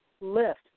Lift